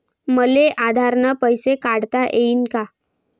मले आधार न पैसे काढता येईन का?